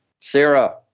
Sarah